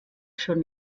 schon